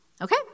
Okay